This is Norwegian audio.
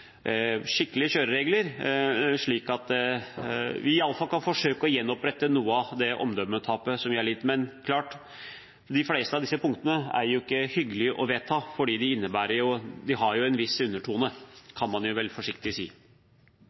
skikkelige kjøreregler, slik at vi i alle fall kan forsøke å gjenopprette noe av det omdømmetapet som vi har lidt. Men de fleste av disse punktene er ikke hyggelig å vedta, for de har en viss undertone – kan vi vel forsiktig si.